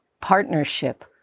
partnership